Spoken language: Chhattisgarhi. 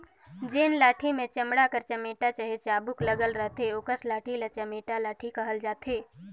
जेन लाठी मे चमड़ा कर चमेटा चहे चाबूक लगल रहथे ओकस लाठी ल चमेटा लाठी कहल जाथे